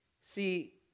See